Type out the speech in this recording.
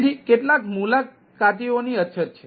તેથી કેટલાક મુલાકાતીઓની અછત છે